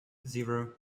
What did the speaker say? zero